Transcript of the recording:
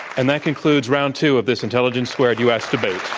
and that concludes round two of this intelligence squared u. s. debate.